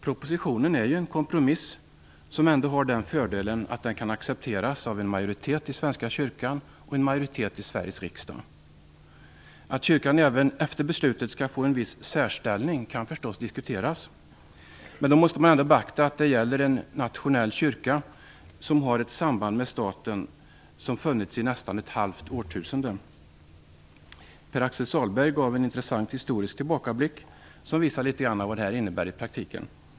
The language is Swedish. Propositionen är ju en kompromiss, som ändå har den fördelen att den kan accepteras av en majoritet av Svenska kyrkan och en majoritet i Sveriges riksdag. Att kyrkan även efter beslutet skall få en viss särställning kan diskuteras, men då måste man ändå beakta att det gäller en nationell kyrka, som har ett samband med staten som funnits i nästan ett halvt årtusende. Pär-Axel Sahlberg gav en intressant historisk tillbakablick, som visar litet vad det här innebär i praktiken.